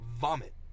vomit